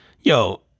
Yo